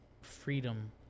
freedom